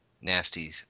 nasty